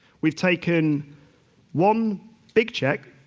we've taken one big check,